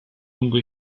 lungo